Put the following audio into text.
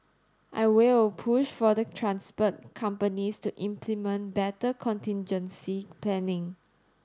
I will push for the transport companies to implement better contingency planning